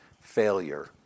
failure